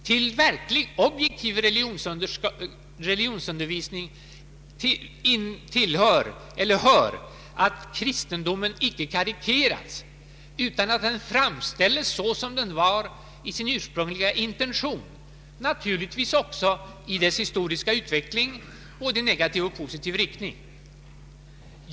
Till verkligt objektiv religionsundervisning hör att kristendomen icke karikeras utan framställs så som den var i sin ursprungliga intention — naturligtvis också i sin historiska utveckling i både negativ och positiv riktning.